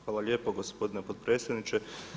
Hvala lijepo gospodine potpredsjedniče.